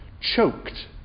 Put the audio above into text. choked